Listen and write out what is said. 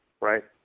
Right